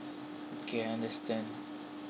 okay I understand